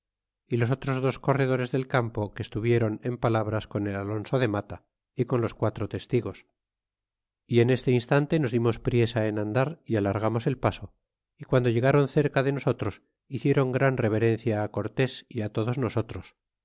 y los otros dos corredores del campo se estuvieron en palabras con el alonso de mata e con los quatro testigos y en este instante nos dimos priesa en andar y alar gamos el paso y guando llegron cerca de nosotros hicieron gran reverencia á cortés y todos nosotros